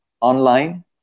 online